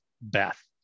Beth